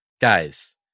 guys